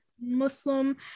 Muslim